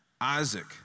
Isaac